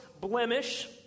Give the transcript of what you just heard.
blemish